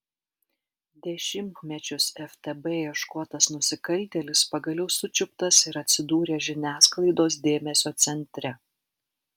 dešimtmečius ftb ieškotas nusikaltėlis pagaliau sučiuptas ir atsidūrė žiniasklaidos dėmesio centre